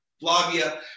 Flavia